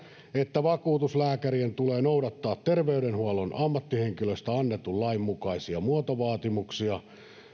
että vakuutuslääkärien tulee noudattaa terveydenhuollon ammattihenkilöistä annetun lain mukaisia muotovaatimuksia